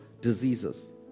diseases